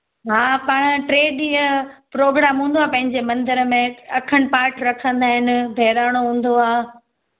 हा पाण टे ॾींहं प्रोग्राम हूंदो आहे पंहिंजे मंदर में अखण्ड पाठ रखंदा आहिनि बहिराणो हूंदो आहे